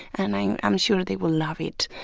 and i'm i'm sure they will love it.